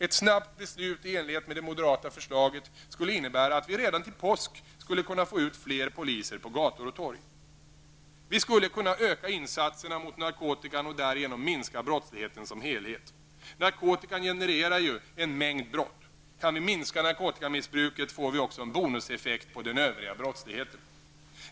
Ett snabbt i enlighet med det moderata förslaget skulle innebära att vi redan till påsk skulle kunna få ut fler poliser på gator och torg. Vi skulle kunna öka insatserna mot narkotikan och därigenom minska brottsligheten som helhet. Narkotikan genererar ju en mängd brott. Kan vi minska narkotikamissbruket, får vi också en bonuseffekt beträffande den övriga brottsligheten.